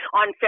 on